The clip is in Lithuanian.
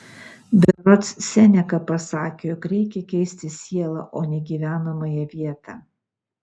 berods seneka pasakė jog reikia keisti sielą o ne gyvenamąją vietą